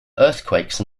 earthquakes